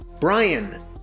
Brian